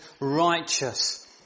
righteous